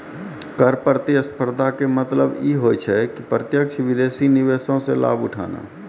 कर प्रतिस्पर्धा के मतलब इ होय छै कि प्रत्यक्ष विदेशी निवेशो से लाभ उठाना